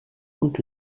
und